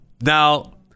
Now